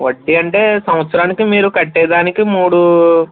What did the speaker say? వడ్డీ అంటే సంవత్సరానికి మీరు కట్టేదానికి మూడు